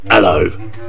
Hello